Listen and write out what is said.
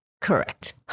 Correct